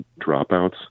dropouts